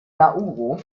nauru